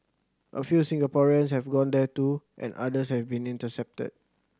a few Singaporeans have gone there too and others have been intercepted